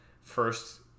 first